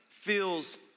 feels